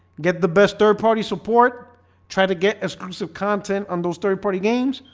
get the best third-party support try to get exclusive content on those third-party games.